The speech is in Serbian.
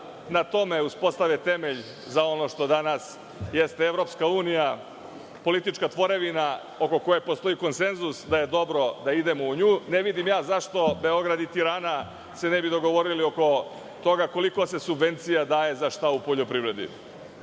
na tome uspostave temelj za ono što danas jeste EU, politička tvorevina oko koje postoji konsenzus da je dobro da idemo u nju, ne vidim ja zašto Beograd i Tirana se ne bi dogovorili oko toga koliko se subvencija daje za šta u poljoprivredi